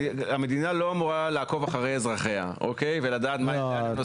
המדינה לא אמורה לעקוב אחרי אזרחיה ולדעת לאן הם נוסעים.